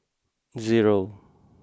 zero